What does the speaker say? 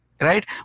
right